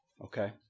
okay